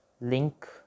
link